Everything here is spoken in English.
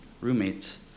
roommates